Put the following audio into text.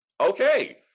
Okay